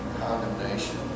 condemnation